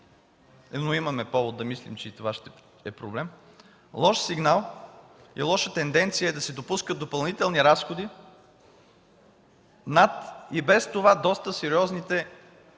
но имаме повод да мислим, че и това ще е проблем – и лоша тенденция е да се допускат допълнителни разходи над и без това доста сериозните